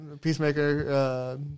Peacemaker